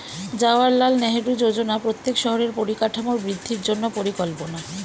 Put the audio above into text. জাওহারলাল নেহেরু যোজনা প্রত্যেক শহরের পরিকাঠামোর বৃদ্ধির জন্য পরিকল্পনা